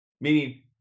meaning